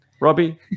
robbie